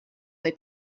they